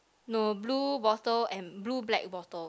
no blue bottle and blue black bottle